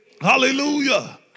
Hallelujah